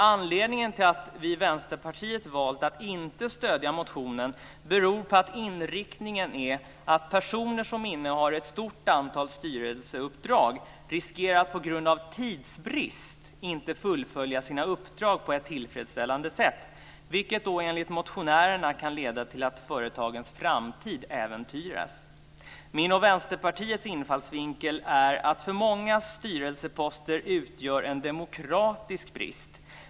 Anledningen till att vi i Vänsterpartiet har valt att inte stödja motionen beror på att inriktningen är att personer som innehar ett stort antal styrelseuppdrag riskerar att på grund av tidsbrist inte fullfölja sina uppdrag på ett tillfredsställande sätt, vilket enligt motionärerna kan leda till att företagens framtid äventyras. Min och Vänsterpartiets infallsvinkel är att för många styrelseposter utgör en demokratisk brist.